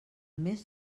més